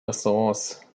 restaurants